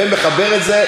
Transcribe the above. ומחבר את זה,